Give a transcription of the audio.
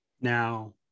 Now